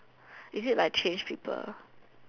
is it like change people